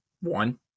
one